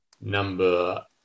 number